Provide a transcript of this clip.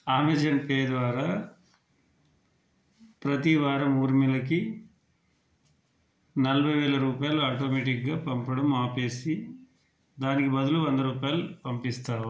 Amazon pay ద్వారా ప్రతివారం ఊర్మిళకి నలభై వేల రూపాయలు ఆటోమేటిక్గా పంపడం ఆపేసి దానికి బదులు వంద రూపాయలు పంపిస్తావా